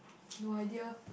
no idea